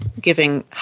giving